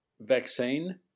vaccine